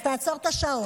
אז תעצור את השעון.